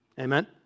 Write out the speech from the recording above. Amen